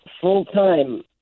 full-time